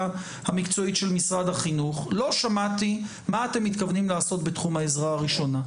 המקצועית של משרד החינוך מה אתם מתכוונים לעשות בתחום העזרה הראשונה.